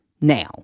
Now